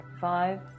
five